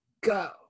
go